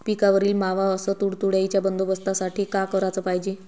पिकावरील मावा अस तुडतुड्याइच्या बंदोबस्तासाठी का कराच पायजे?